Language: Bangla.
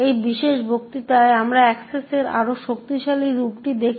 এই বিশেষ বক্তৃতায় আমরা অ্যাক্সেসের আরও শক্তিশালী রূপটি দেখি